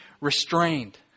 restrained